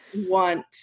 want